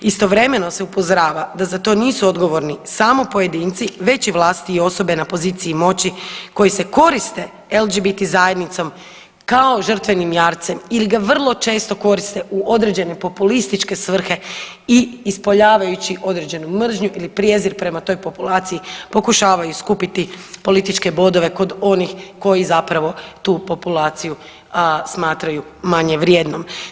Istovremeno se upozorava da za to nisu odgovorni samo pojedinci već i vlasti i osobe na poziciji moći koji se koriste LGBT zajednicom kao žrtvenim jarcem ili ga vrlo često koriste u određene populističke svrhe i ispoljavajući određenu mržnju ili prijezir prema toj populaciji, pokušavaju skupiti političke bodove kod onih koji zapravo tu populaciju smatraju manje vrijednom.